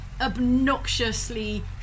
obnoxiously